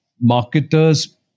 Marketers